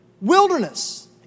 Wilderness